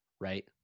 right